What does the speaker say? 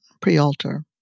pre-alter